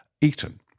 Eton